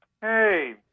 Hey